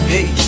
Hey